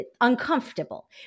uncomfortable